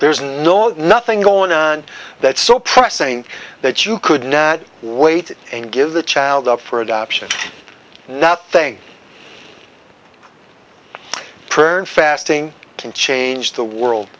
there's no nothing going on that's so pressing that you could not wait and give the child up for adoption nothing prayer and fasting can change the world